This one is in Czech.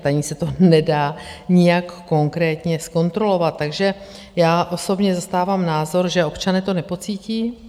Ani se to nedá nijak konkrétně zkontrolovat, takže já osobně zastávám názor, že občané to nepocítí.